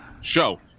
show